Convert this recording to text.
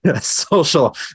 social